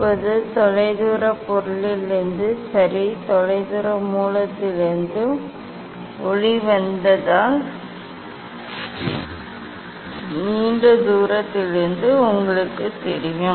இப்போது தொலைதூர பொருளிலிருந்து சரி தொலைதூர மூலத்திலிருந்து ஒளி வந்தால் நீண்ட தூரத்திலிருந்து உங்களுக்குத் தெரியும்